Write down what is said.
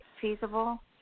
feasible